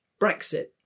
Brexit